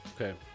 Okay